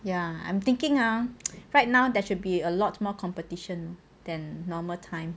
ya I'm thinking ah right now there should be a lot more competition than normal time